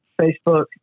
Facebook